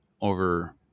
over